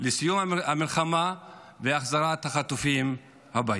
לסיום המלחמה ולהחזרת החטופים הביתה.